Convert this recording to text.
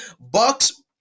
Bucks